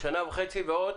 שנה וחצי ועוד?